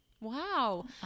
Wow